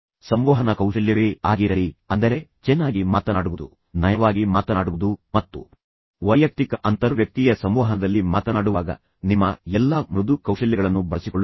ಸಂವಹನ ಕೌಶಲ್ಯವೇ ಆಗಿರಲಿ ಅಂದರೆ ಚೆನ್ನಾಗಿ ಮಾತನಾಡುವುದು ನಯವಾಗಿ ಮಾತನಾಡುವುದು ಮತ್ತು ವೈಯಕ್ತಿಕ ಅಂತರ್ವ್ಯಕ್ತೀಯ ಸಂವಹನದಲ್ಲಿ ಮಾತನಾಡುವಾಗ ನಿಮ್ಮ ಎಲ್ಲಾ ಮೃದು ಕೌಶಲ್ಯಗಳನ್ನು ಬಳಸಿಕೊಳ್ಳುವುದು